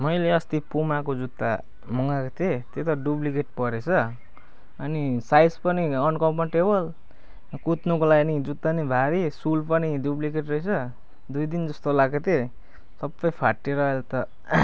मैले अस्ति पुमाको जुत्ता मगाएको थिएँ त्यो त डुप्लिकेट परेछ अनि साइज पनि अनकम्फरटेबल कुद्नुको लागि नि जुत्ता नि भारी सुल पनि डुप्लिकेट रहेछ दुई दिन जस्तो लाएको थिएँ सबै फाटेर अहिले त